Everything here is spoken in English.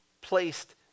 placed